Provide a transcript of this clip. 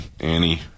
Annie